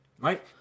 Right